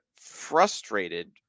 frustrated